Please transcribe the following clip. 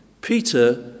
Peter